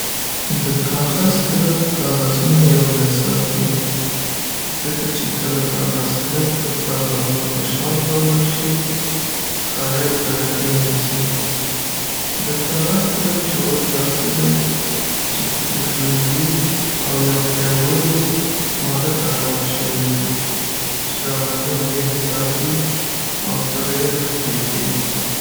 د کاغذ کلپ کاغذونه یوځای ساتي ځکه چې کله کاغذ کلپ پر کاغذونو فشار راوړل شي، هغه یې سره ټینګ نیسي. د کاغذ کلپ جوړښت داسې دی چې په کې فلزي او یا پیاوړې ماده کارول شوې وي، چې کاغذونه یې ساتي او سره یې نه پریږدي.